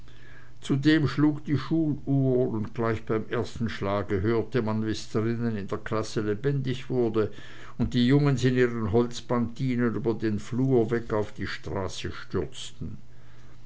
zudem schlug die schuluhr und gleich beim ersten schlage hörte man wie's drinnen in der klasse lebendig wurde und die jungens in ihren holzpantinen über den flur weg auf die straße stürzten